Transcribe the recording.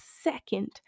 second